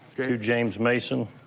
to james mason,